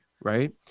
right